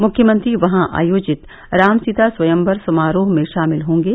मुख्यमंत्री वहां आयोजित राम सीता स्वयंबर समारोह में शामिल होंगे